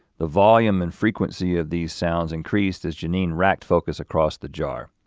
the volume and frequency of these sounds increased at jeanine racked focus across the jar.